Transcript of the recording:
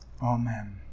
Amen